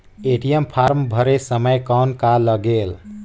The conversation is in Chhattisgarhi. ए.टी.एम फारम भरे समय कौन का लगेल?